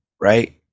right